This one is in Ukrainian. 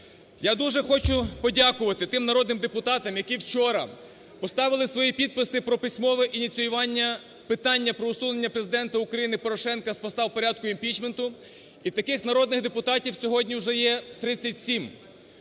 Я дуже хочу подякувати тим народним депутатам, які вчора поставили свої підписи про письмове ініціювання питання про усунення Президента України Порошенка з поста у порядку імпічменту, і таких народних депутатів сьогодні вже є 37.